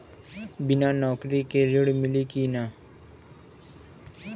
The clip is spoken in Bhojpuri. बिना नौकरी के ऋण मिली कि ना?